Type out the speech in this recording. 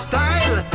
Style